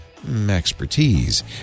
expertise